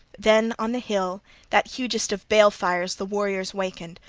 then on the hill that hugest of balefires the warriors wakened.